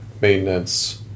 maintenance